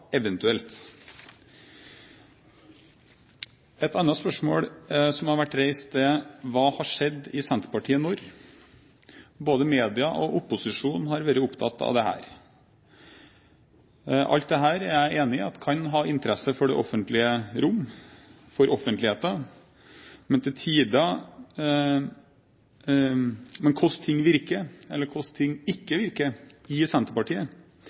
eventuelt. Et annet spørsmål som har vært reist, er: Hva har skjedd i Senterpartiet når? Både media og opposisjon har vært opptatt av dette. Alt dette er jeg enig i kan ha interesse for det offentlige rom, for offentligheten. Men hvordan ting virker eller hvordan ting ikke virker i Senterpartiet,